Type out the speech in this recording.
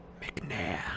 McNair